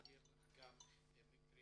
אנחנו נעביר אליך את המקרים.